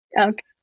Okay